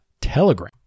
Telegram